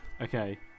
Okay